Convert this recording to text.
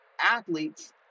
athletes